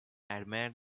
admired